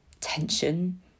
Tension